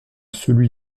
celui